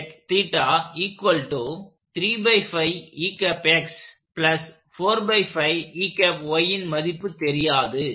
x ன் மதிப்பு தெரியாது